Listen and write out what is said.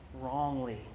wrongly